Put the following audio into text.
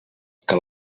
que